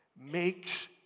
makes